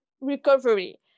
recovery